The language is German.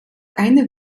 eine